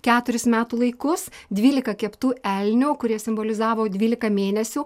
keturis metų laikus dvylika keptų elnių kurie simbolizavo dvylika mėnesių